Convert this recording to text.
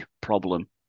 problem